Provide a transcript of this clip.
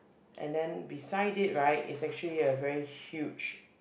and then beside it right is actually a very huge